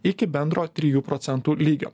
iki bendro trijų procentų lygio